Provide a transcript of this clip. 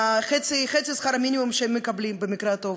מחצי שכר המינימום שהם מקבלים, במקרה הטוב?